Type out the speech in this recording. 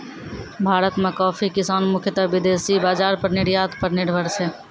भारत मॅ कॉफी किसान मुख्यतः विदेशी बाजार पर निर्यात पर निर्भर छै